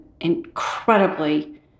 incredibly